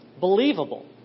believable